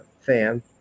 fan